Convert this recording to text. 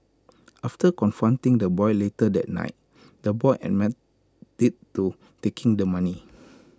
after confronting the boy later that night the boy admitted to taking the money